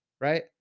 Right